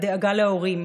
הדאגה להורים,